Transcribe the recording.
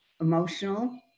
emotional